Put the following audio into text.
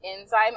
enzyme